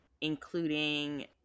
Including